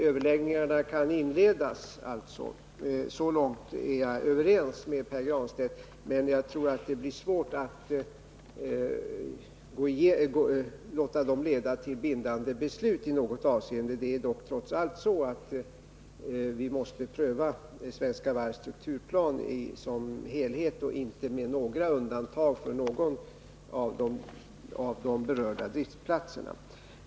Överläggningarna kan inledas, så långt är jag överens med Pär Granstedt, men jag tror att det är svårt att låta dem leda till bindande beslut i något avseende. Det är trots allt så, att vi måste pröva Svenska Varvs strukturplan som helhet och inte göra undantag för någon av de berörda driftplatserna.